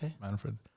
Manfred